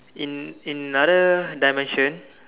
in in other dimension